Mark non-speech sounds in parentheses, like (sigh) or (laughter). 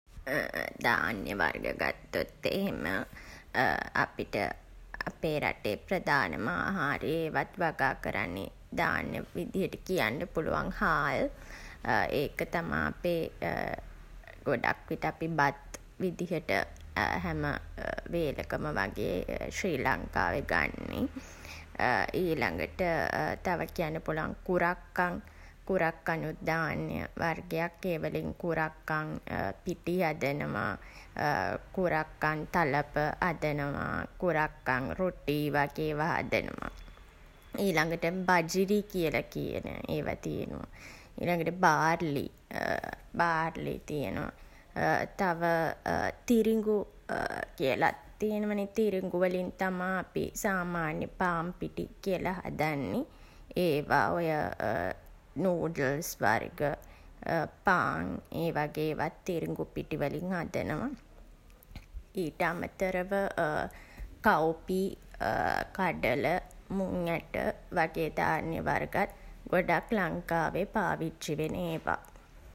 (hesitation) ධාන්‍ය වර්ග ගත්තොත් එහෙම (hesitation) අපිට අපේ රටෙත් ප්‍රධානම ආහාරය ඒවත් වගා කරන්නේ ඒවත් ධාන්‍යක් විදිහට කියන්න පුළුවන් හාල්. (hesitation) ඒක තමා අපේ (hesitation) ගොඩක් විට අපි බත් විදිහට (hesitation) හැම (hesitation) වේලකම වගේ ශ්‍රී ලංකාවේ ගන්නේ. (hesitation) ඊළඟට තව කියන්න පුළුවන් කුරක්කන්. කුරක්කනුත් ධාන්‍ය වර්ගයක්. ඒ වලින් කුරක්කන් පිටි හදනවා. (hesitation) කුරක්කන් තලප හදනවා. කුරක්කන් රොටි වගේ ඒවා හදනවා. ඊළඟට බජිරි කියලා කියන ඒවා තියනවා. ඊළඟට බාර්ලි. (hesitation) බාර්ලි තියනවා. තව තිරිඟු (hesitation) කියලත් තියනවා නේ. තිරිඟු වලින් තමා අපි සාමාන්‍ය පාන් පිටි කියලා හදන්නේ. ඒවා ඔය (hesitation) නූඩ්ල්ස් වර්ග (hesitation) පාන් ඒ වගේ ඒවත් තිරිඟු පිටි වලින් හදනවා. ඊට අමතරව (hesitation) කව්පි (hesitation) කඩල, මුං ඇට වගේ ධාන්‍ය වර්ගත් ගොඩක් ලංකාවේ පාවිච්චි වෙන ඒවා.